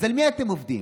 אז על מי אתם עובדים?